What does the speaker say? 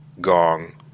gong